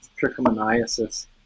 trichomoniasis